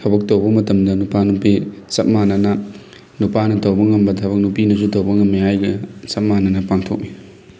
ꯊꯕꯛ ꯇꯧꯕ ꯃꯇꯝꯗ ꯅꯨꯄꯥ ꯅꯨꯄꯤ ꯆꯞ ꯃꯥꯟꯅꯅ ꯅꯨꯄꯥꯅ ꯇꯧꯕ ꯉꯝꯕ ꯊꯕꯛ ꯅꯨꯄꯤꯅꯁꯨ ꯇꯧꯕ ꯉꯝꯃꯤ ꯍꯥꯏꯅ ꯆꯞ ꯃꯥꯟꯅꯅ ꯄꯥꯡꯊꯣꯛꯏ